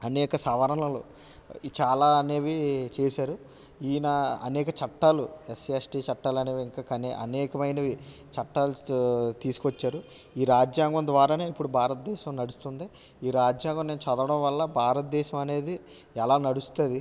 అనేక సవరణలు చాలా అనేవి చేశారు ఈయన అనేక చట్టాలు ఎస్సీ ఎస్టీ చట్టాలు అనేవి కానీ అనేకం అయినవి చట్టాలు తీసుకొచ్చారు ఈ రాజ్యాంగం ద్వారానే ఇప్పుడు భారతదేశం నడుస్తుంది ఈ రాజ్యాంగం నేను చదవడం వల్ల భారతదేశం అనేది ఎలా నడుస్తుంది